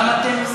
למה אתם,